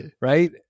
right